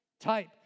Type